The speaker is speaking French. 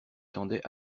tendait